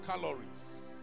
calories